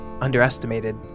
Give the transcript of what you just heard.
underestimated